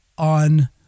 on